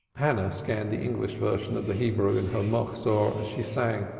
hannah scanned the english version of the hebrew in her machzor as she sang.